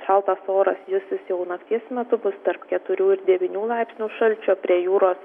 šaltas oras jis jis jau nakties metu bus tarp keturių ir devynių laipsnių šalčio prie jūros